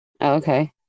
okay